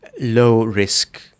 low-risk